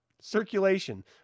circulation